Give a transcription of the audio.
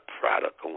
product